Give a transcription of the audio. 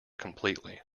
completely